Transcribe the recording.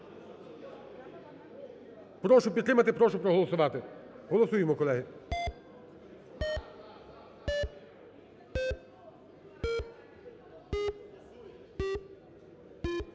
Прошу підтримати і прошу проголосувати. Голосуємо, колеги.